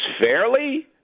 fairly